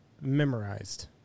memorized